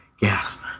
Gasp